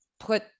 put